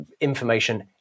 information